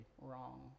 wrong